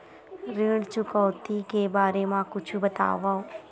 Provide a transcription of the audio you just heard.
ऋण चुकौती के बारे मा कुछु बतावव?